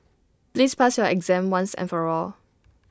please pass your exam once and for all